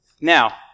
Now